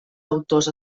autors